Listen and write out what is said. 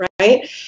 right